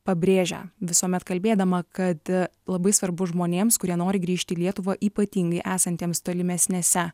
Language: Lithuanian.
pabrėžia visuomet kalbėdama kad labai svarbu žmonėms kurie nori grįžti į lietuvą ypatingai esantiems tolimesnėse